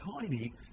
tiny